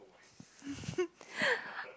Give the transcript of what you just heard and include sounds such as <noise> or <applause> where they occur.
<laughs>